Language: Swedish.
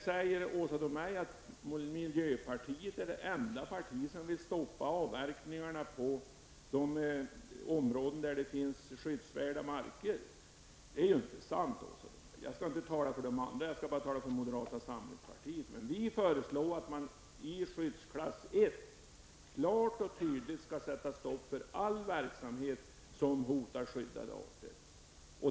Åsa Domeij påstod också att miljöpartiet är det enda parti som vill stoppa avverkningarna i de områden där det finns skyddsvärda marker. Det är ju inte sant, Åsa Domeij! Jag talar bara för moderata samlingspartiet, och vi föreslår att man i skyddsklass 1 skall sätta stopp för all verksamhet som hotar skyddade arter.